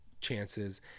chances